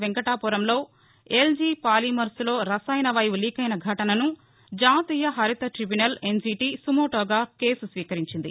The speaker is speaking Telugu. వెంకటాపురంలో ఎల్జీ పాలిమర్స్లో రసాయన వాయువు లీకైన ఘటనను జాతీయ హరిత టైబ్యనల్ ఎన్జీటీ సుమోటోగా కేసు స్వీకరించింది